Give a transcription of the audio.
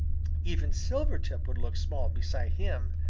even silvertip would look small beside him.